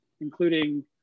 including